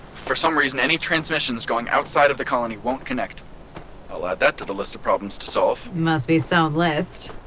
for some reason any transmissions going outside of the colony won't connect. i'll add that to the list of problems to solve must be some so list.